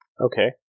Okay